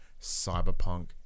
Cyberpunk